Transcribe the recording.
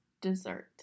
dessert